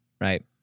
right